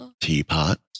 Teapot